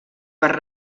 per